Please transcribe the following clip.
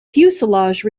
fuselage